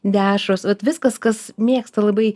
dešros vat viskas kas mėgsta labai